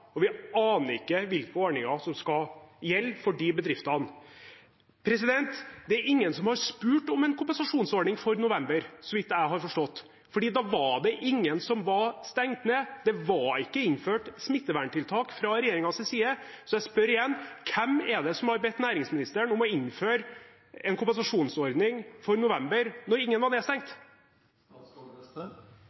og vi aner ikke hvilke ordninger som skal gjelde for de bedriftene. Det er ingen som har spurt om en kompensasjonsordning for november, så vidt jeg har forstått, for da var det ingen som var stengt ned, det var ikke innført smitteverntiltak fra regjeringens side. Jeg spør igjen: Hvem er det som har bedt næringsministeren om å innføre en kompensasjonsordning for november, da ingen var nedstengt?